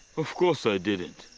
of course i didn't.